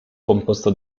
composto